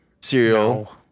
cereal